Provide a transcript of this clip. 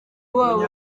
wabo